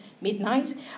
midnight